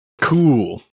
Cool